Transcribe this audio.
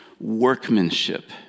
workmanship